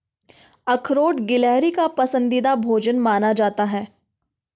अखरोट गिलहरी का पसंदीदा भोजन माना जाता है